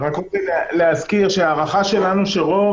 אני רק רוצה להזכיר שההערכה שלנו שרוב